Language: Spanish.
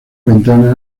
ventana